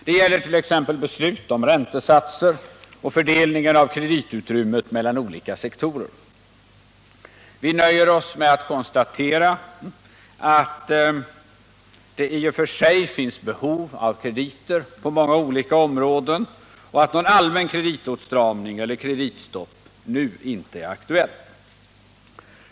Det gäller t.ex. beslut om räntesatser och fördelningen av kreditutrymmet mellan olika sektorer. Vi nöjer oss med att konstatera att det i och för sig finns behov av krediter på många olika områden och att någon allmän kreditåtstramning eller något kreditstopp nu inte är aktuellt.